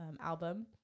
album